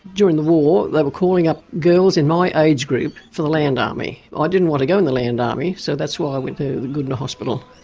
during the war they were calling up girls in my age group for the land army. i didn't want to go in the land army so that's why i went to goodna hospital.